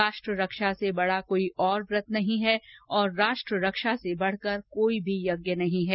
राष्ट्र रक्षा से बड़ा कोई और व्रत नहीं है और राष्ट्र रक्षा से बढ़ कर कोई भी यज्ञ नहीं है